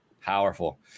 Powerful